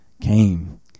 came